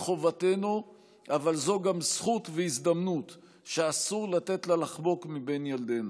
זוהי חובתנו אבל זו גם זכות והזדמנות שאסור לתת לה לחמוק מבין ידינו.